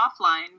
offline